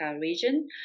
region